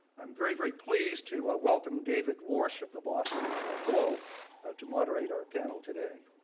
i'm very, very pleased to ah welcome david warsh of the boston globe to moderate our panel today.